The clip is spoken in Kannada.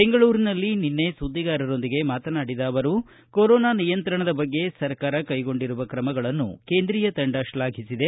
ಬೆಂಗಳೂರಿನಲ್ಲಿ ನಿನ್ನೆ ಸುದ್ದಿಗಾರರೊಂದಿಗೆ ಮಾತನಾಡಿದ ಅವರು ಕೊರೋನಾ ನಿಯಂತ್ರಣದ ಬಗ್ಗೆ ಸರ್ಕಾರ ಕೈಗೊಂಡಿರುವ ಕ್ರಮಗಳನ್ನು ಕೇಂದ್ರೀಯ ತಂಡ ಶ್ಲಾಫಿಸಿದೆ